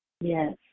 Yes